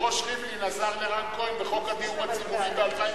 היושב-ראש ריבלין עזר לרן כהן בחוק הדיור הציבורי ב-2008.